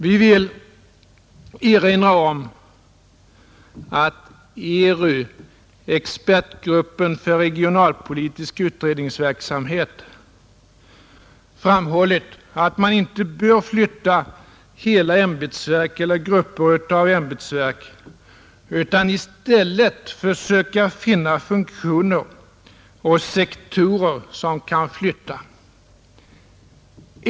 Vi vill erinra om att ERU — expertgruppen för regionalpolitisk utredningsverksamhet — framhållit att man inte bör flytta hela ämbetsverk eller grupper av ämbetsverk, utan i stället försöka finna funktioner och sektorer som kan flytta.